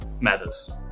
matters